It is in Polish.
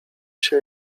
się